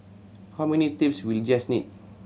how many tapes will Jess need